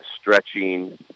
stretching